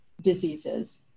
diseases